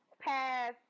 past